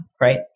Right